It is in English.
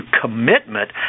commitment